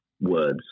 words